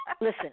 Listen